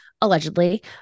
allegedly